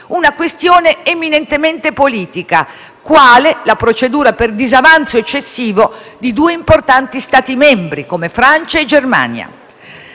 una questione eminentemente politica, quale la procedura per disavanzo eccessivo di due importanti Stati membri come Francia e Germania.